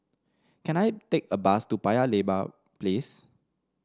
can I take a bus to Paya Lebar Place